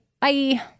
Bye